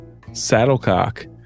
saddlecock